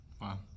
Wow